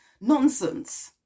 Nonsense